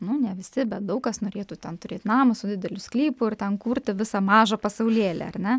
nu ne visi bet daug kas norėtų ten turėt namą su dideliu sklypu ir ten kurti visą mažą pasaulėlį ar ne